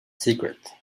secret